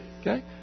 Okay